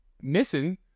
missing